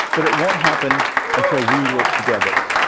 but it won't happen until we work together.